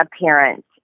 appearance